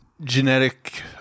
genetic